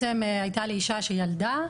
הייתה לי אישה שהיא ילדה.